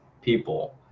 people